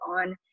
on